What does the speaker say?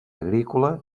agrícola